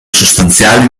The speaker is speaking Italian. sostanziali